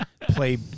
play